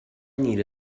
need